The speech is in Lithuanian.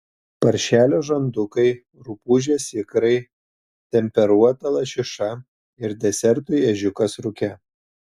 paršelio žandukai rupūžės ikrai temperuota lašiša ir desertui ežiukas rūke